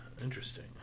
Interesting